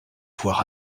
voir